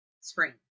spring